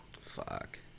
fuck